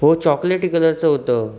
हो चॉकलेटी कलरचं होतं